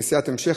נסיעת המשך,